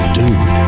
dude